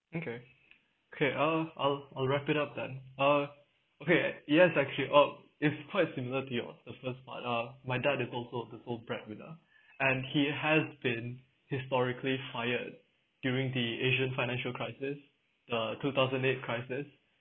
okay okay I'll I'll I'll wrap it up then uh okay yes actually uh it's quite similar to your certain part ah my dad is also the sole breadwinner and he has been historically fired during the asian financial crisis uh two thousand eight crisis